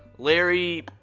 larry